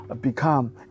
become